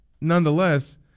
nonetheless